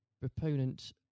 proponent